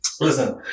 Listen